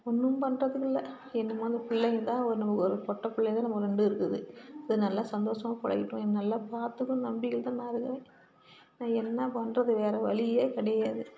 ஒன்றும் பண்றதுக்கில்லை என்னமோ அந்த பிள்ளைங்களுக்காக ஒரு நமக்கு ஒரு பொட்டப்பிள்ளைங்கதான் நம்ம ஒன்று ரெண்டு இருக்குது அது நல்லா சந்தோஷமா பொழைக்கட்டும் நல்லா பார்த்துக்கும் நம்பிக்கையில்தான் நான் இருக்கிறேன் நான் என்ன பண்ணுறது வேறு வழியே கிடையாது